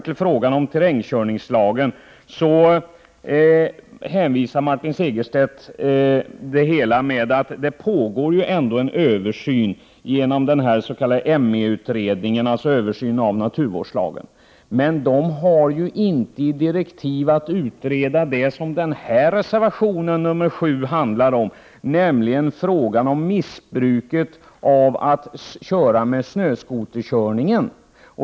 I frågan om terrängkörningslagen hänvisar Martin Segerstedt till att det pågår en översyn av naturvårdslagen. Men man har inte som direktiv att utreda det som reservation 7 handlar om, nämligen missbruket av körning med snöskoter.